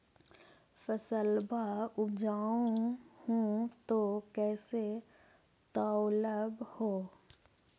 फसलबा उपजाऊ हू तो कैसे तौउलब हो?